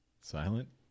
Silent